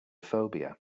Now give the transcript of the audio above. phobia